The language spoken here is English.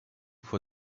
for